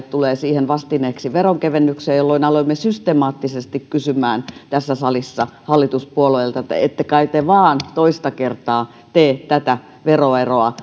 tulee siihen vastineeksi veronkevennyksiä jolloin aloimme systemaattisesti kysymään tässä salissa hallituspuolueilta että ette kai te vaan toista kertaa tee tätä veroeroa